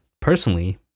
personally